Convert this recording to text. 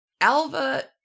Alva